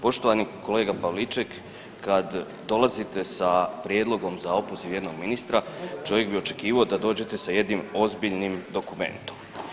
Poštovani kolega Pavliček, kada dolazite sa prijedlogom za opoziv jednog ministra čovjek bi očekivao da dođete sa jednim ozbiljnim dokumentom.